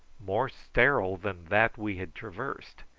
more sterile than that we had traversed.